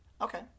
Okay